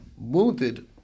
wounded